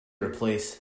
replace